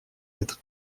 être